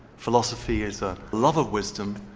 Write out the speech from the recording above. philosophy is a love of wisdom,